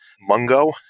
Mungo